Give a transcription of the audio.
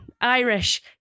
Irish